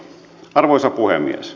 arvoisa puhemies